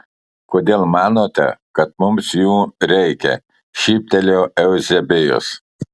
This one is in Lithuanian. kodėl manote kad mums jų reikia šyptelėjo euzebijus